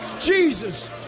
Jesus